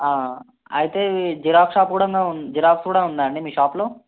అయితే ఇవి xerox shop కూడా జిరాక్స్ కూడా ఉందా అండి మీ షాప్లో